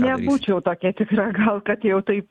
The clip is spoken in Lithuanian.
nebūčiau tokia tikra gal kad jau taip